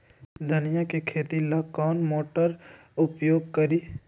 धनिया के खेती ला कौन मोटर उपयोग करी?